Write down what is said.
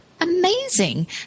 amazing